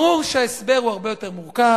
ברור שההסבר הוא הרבה יותר מורכב,